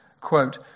Quote